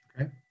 Okay